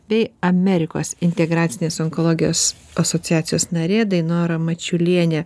bei amerikos integracinės onkologijos asociacijos narė dainora mačiulienė